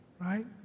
right